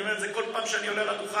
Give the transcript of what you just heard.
אני אומר את זה בכל פעם שאני עולה לדוכן,